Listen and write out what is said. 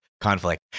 conflict